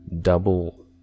double